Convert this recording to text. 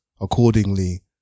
accordingly